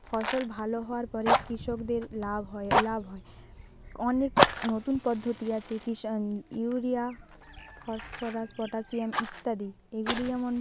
ফসল ভালো হওয়ার পরে কৃষকদের লাভ হয় লাভ হয় অনেক নতুন পদ্ধতি আছে কিষান ইউরিয়া ফসফরাস পটাশিয়াম ইত্যাদি এগুলি যেমন